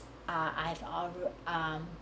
ah I've argued um